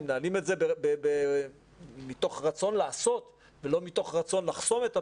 אם מנהלים את זה מתוך רצון לעשות ולא מתוך רצון לחסום את הפעילות,